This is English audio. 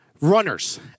runners